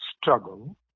struggle